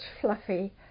fluffy